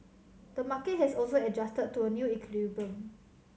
the market has also adjusted to a new equilibrium